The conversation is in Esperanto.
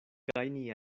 gajni